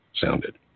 sounded